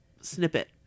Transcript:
snippet